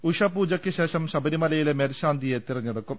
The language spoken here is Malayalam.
ഉഷപൂ ജയ്ക്ക് ശേഷം ശബരിമലയിലെ മേൽശാന്തിയെ തെരഞ്ഞെടുക്കും